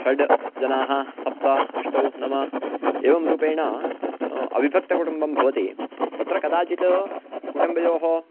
षड् जनाः सप्त अष्टौ नव एवं रूपेण अविभक्तकुटुम्बं भवति तत्र कदाचित् कुटुम्बयोः